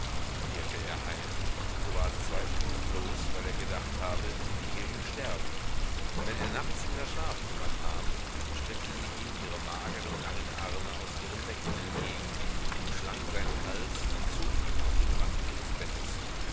kehrte er heim so war es zweifellos bloß weil er gedacht habe sie liege im sterben wenn er nachts in das schlafzimmer kam streckte sie ihm ihre mageren langen arme aus ihren decken entgegen umschlang seinen hals und zog ihn auf den rand ihres bettes